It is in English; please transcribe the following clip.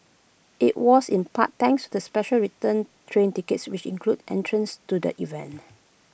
IT was in part thanks to the special return train tickets which included entrance to the event